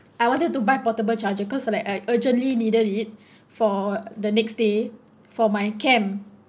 I wanted to buy portable charger cause I like I urgently needed it for the next day for my camp